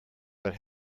but